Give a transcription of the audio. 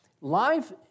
life